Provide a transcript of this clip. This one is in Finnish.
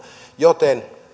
joten